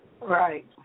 Right